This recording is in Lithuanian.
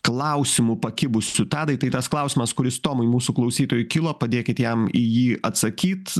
klausimu pakibusiu tadai tai tas klausimas kuris tomui mūsų klausytojui kilo padėkit jam į jį atsakyt